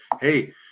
hey